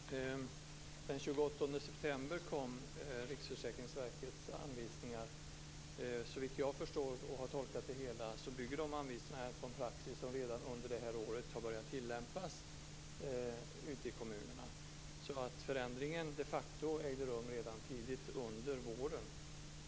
Fru talman! Den 28 september kom Riksförsäkringsverkets anvisningar. Såvitt jag förstår och som jag har tolkat det hela bygger anvisningarna på en praxis som redan under detta år har börjat tillämpas ute i kommunerna. Så förändringen ägde de facto rum redan tidigt under våren.